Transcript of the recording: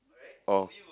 oh